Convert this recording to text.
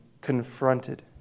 confronted